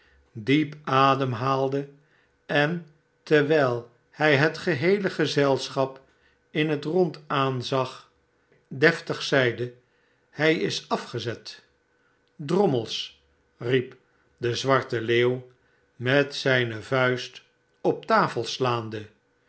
diep ademhaalde en terwijl hij het geheele gezelschap in het rond aanzag deftig zeide hij is afgezet sdrommels riep de zwarte leeuw met zijne vuist op detafel slaande